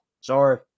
Sorry